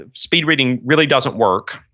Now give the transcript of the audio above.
ah speed reading really doesn't work.